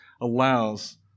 allows